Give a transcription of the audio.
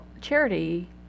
charity